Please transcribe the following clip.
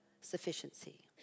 sufficiency